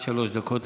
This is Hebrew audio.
עד שלוש דקות לרשותך,